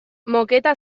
moketa